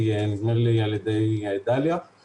נדמה לי על ידי דליה,